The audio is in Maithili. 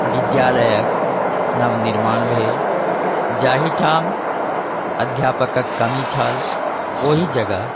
विद्यालयके नवनिर्माण भेल जाहिठाम अध्यापकके कमी छल ओहि जगह